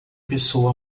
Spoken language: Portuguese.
pessoa